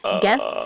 Guests